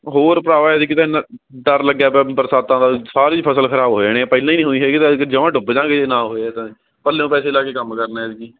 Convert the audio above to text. ਹੋਰ ਭਰਾਵਾ ਐਤਕੀਂ ਤਾਂ ਇੰਨਾ ਡਰ ਲੱਗਿਆ ਪਿਆ ਵੀ ਬਰਸਾਤਾਂ ਦਾ ਵੀ ਸਾਰੀ ਫ਼ਸਲ ਖਰਾਬ ਹੋ ਜਾਣੀ ਪਹਿਲਾਂ ਹੀ ਹੋਈ ਨਹੀਂ ਹੈਗੀ ਤਾਂ ਐਤਕੀਂ ਜਮਾਂ ਹੀ ਡੁੱਬ ਜਾਵਾਂਗੇ ਜੇ ਨਾ ਹੋਏ ਤਾਂ ਪੱਲਿਓਂ ਪੈਸੇ ਲੱਗਾ ਕੇ ਕੰਮ ਕਰਨਾ ਐਤਕੀਂ